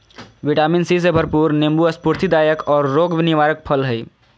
vitamin C से भरपूर नीबू स्फूर्तिदायक औरो रोग निवारक फल हइ